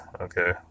okay